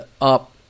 up